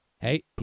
Hey